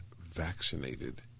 vaccinated